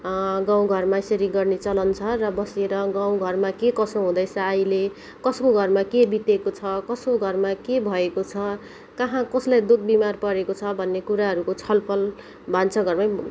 गाउँ घरमा यसरी गर्ने चलन छ र बसेर गाउँ घरमा के कसो हुँदैछ अहिले कसको घरमा के बितेको छ कसको घरमा के भएको छ कहाँ कसलाई दुख बिमार परेको छ भन्ने कुराहरूको छलफल भान्सा घरमै